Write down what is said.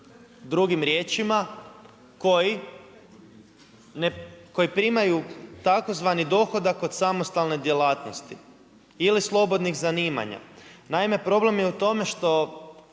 Drugim riječima, koji primaju tzv. dohodak od samostalne djelatnosti ili slobodnih zanimanja. Naime, problem je u tome što